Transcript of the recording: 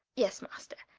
yes master,